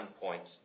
points